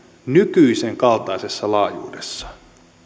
nykyisen kaltaisessa laajuudessa